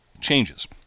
changes